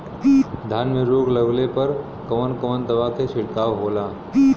धान में रोग लगले पर कवन कवन दवा के छिड़काव होला?